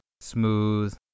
smooth